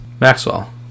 Maxwell